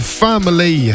family